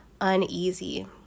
uneasy